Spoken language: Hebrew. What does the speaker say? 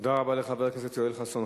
תודה רבה לחבר הכנסת יואל חסון.